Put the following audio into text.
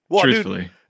Truthfully